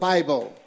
Bible